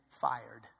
fired